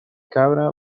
cabra